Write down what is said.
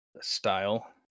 style